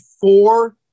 four